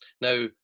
Now